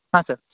ಹಾಂ ಸರ್